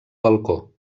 balcó